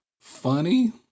Funny